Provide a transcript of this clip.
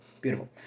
Beautiful